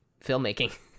filmmaking